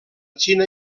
xina